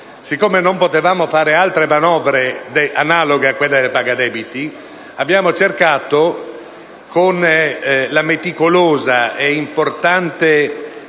che non potevamo fare altre manovre analoghe a quelle del decreto paga debiti, abbiamo cercato, con il meticoloso e importante